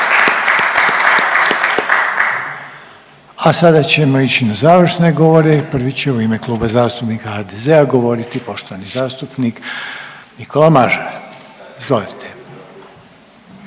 A sada ćemo ići na završne govore i prvi će u ime Kluba zastupnika HDZ-a govoriti poštovani zastupnik Nikola Mažar. Izvolite.